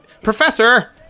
Professor